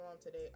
today